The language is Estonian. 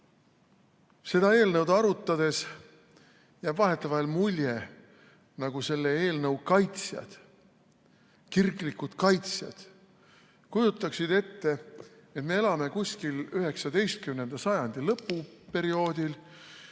Seda eelnõu arutades jääb vahetevahel mulje, nagu selle eelnõu kaitsjad, kirglikud kaitsjad, kujutaksid ette, et me elame 19. sajandi lõpuperioodil,